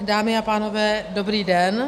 Dámy a pánové, dobrý den.